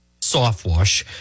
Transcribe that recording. Softwash